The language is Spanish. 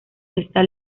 esta